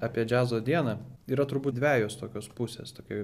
apie džiazo dieną yra turbūt dvejos tokios pusės tokia